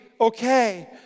okay